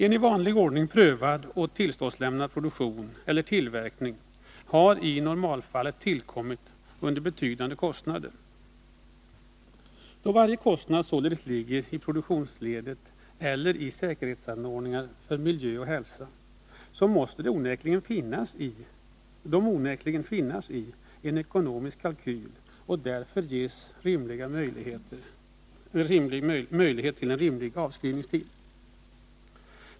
En i vanlig ordning prövad och tillståndslämnad produktion eller tillverkning har i normalfallet tillkommit under betydande kostnader. Då varje kostnad således ligger i produktionsledet eller i säkerhetsanordningar för miljö och hälsa, så måste den onekligen finnas i en ekonomisk kalkyl och därför ges möjlighet till rimlig avskrivningstid.